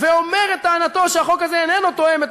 ואומר את טענתו שהחוק הזה איננו תואם את